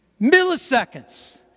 Milliseconds